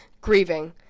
grieving